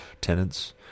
tenants